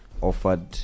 offered